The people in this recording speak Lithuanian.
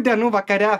dienų vakare